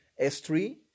S3